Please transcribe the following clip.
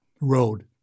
road